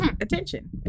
attention